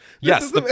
Yes